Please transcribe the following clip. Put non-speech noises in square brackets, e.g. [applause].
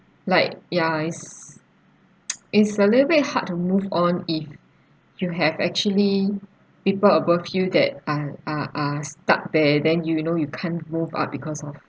like ya it's [noise] it's a little bit hard to move on if you have actually people above you that are are are stuck there then you know you can't move up because of